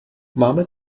máme